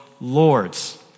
lords